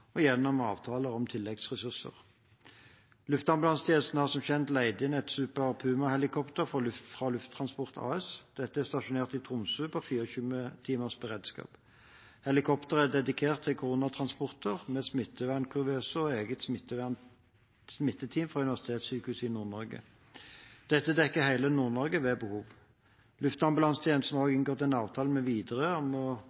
og gjennom avtaler om tilleggsressurser. Luftambulansetjenesten har som kjent leid inn et Super Puma-helikopter fra Lufttransport AS. Dette er stasjonert i Tromsø på 24-timers beredskap. Helikopteret er dedikert til koronatransporter, med smittevernkuvøse og eget smitteteam fra Universitetssykehuset Nord-Norge. Dette dekker hele Nord-Norge ved behov. Luftambulansetjenesten har også inngått en avtale med Widerøe om å